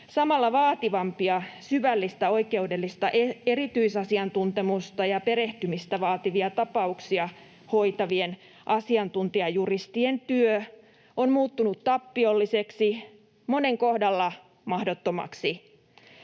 Samalla vaativampia, syvällistä oikeudellista erityisasiantuntemusta ja perehtymistä vaativia tapauksia hoitavien asiantuntijajuristien työ on muuttunut tappiolliseksi, monen kohdalla mahdottomaksi.